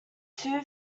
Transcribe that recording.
two